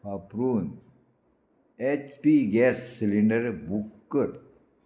वापरून H P gas cylinder book कर